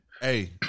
Hey